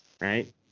Right